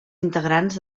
integrants